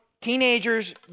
Teenagers